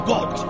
God